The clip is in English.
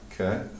Okay